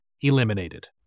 eliminated